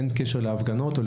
אין קשר להפגנות.